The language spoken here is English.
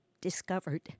discovered